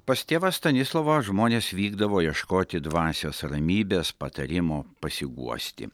pas tėvą stanislovą žmonės vykdavo ieškoti dvasios ramybės patarimo pasiguosti